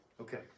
Okay